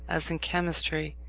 as in chemistry,